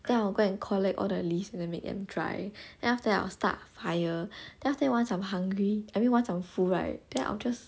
then I'll go and collect all the leaves and then make them dry then after that I will start a fire then after that once I'm hungry I mean once I'm full right then I'll just